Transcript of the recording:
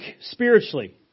spiritually